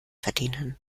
verdienen